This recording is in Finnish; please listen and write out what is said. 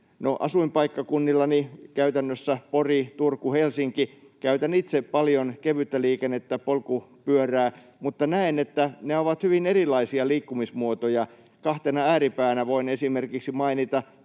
asuinpaikkakunnillani — käytännössä Porissa, Turussa, Helsingissä — käytän itse paljon kevyttä liikennettä, polkupyörää, mutta näen, että ne ovat hyvin erilaisia liikkumismuotoja. Kahtena ääripäänä voin esimerkiksi mainita